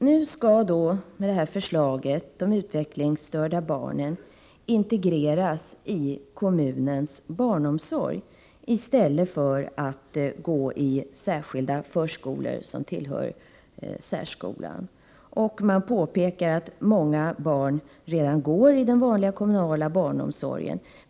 Enligt det föreliggande förslaget skall de utvecklingsstörda barnen integreras i kommunens barnomsorg i stället för att gå i särskilda förskolor som tillhör särskolan. Man påpekar att många av dessa barn redan omfattas av den vanliga kommunala barnomsorgen.